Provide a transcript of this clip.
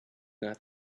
not